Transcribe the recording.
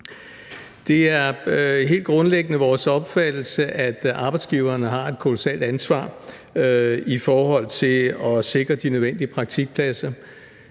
Det er helt grundlæggende vores opfattelse, at arbejdsgiverne har et kolossalt ansvar i forhold til at sikre de nødvendige praktikpladser.